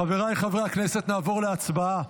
חבריי חברי הכנסת, נעבור להצבעה